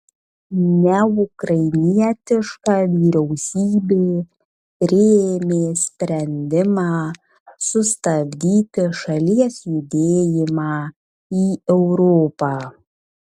neukrainietiška vyriausybė priėmė sprendimą sustabdyti šalies judėjimą į europą